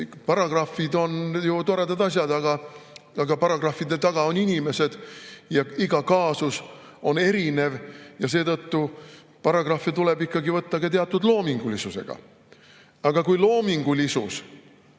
Paragrahvid on ju toredad asjad, aga paragrahvide taga on inimesed ja iga kaasus on erinev ja seetõttu paragrahvi tuleb võtta teatud loomingulisusega. Aga kui loomingulisus